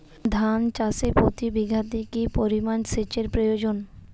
ধান চাষে প্রতি বিঘাতে কি পরিমান সেচের প্রয়োজন?